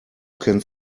can